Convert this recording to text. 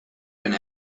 and